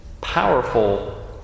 Powerful